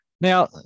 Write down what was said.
Now